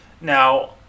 Now